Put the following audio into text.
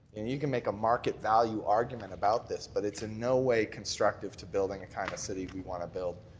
and you can make a market value argument about this but it's in way constructive to building a kind of city we want to build.